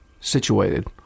situated